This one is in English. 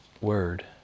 Word